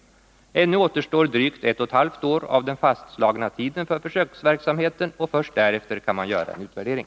Ännu återstår drygt ett och ett halvt år av den fastslagna tiden för försöksverksamheten, och först därefter kan man göra en utvärdering.